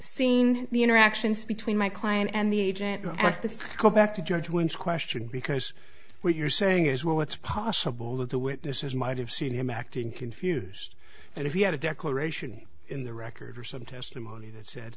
seen the interactions between my client and the agent go back to go back to judge one's question because what you're saying is well it's possible that the witnesses might have seen him acting confused and if he had a declaration in the record or some testimony that said